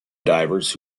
divers